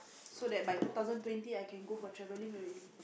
so that by two thousand twenty I can go for travelling already